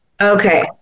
Okay